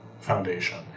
Foundation